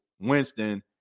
Winston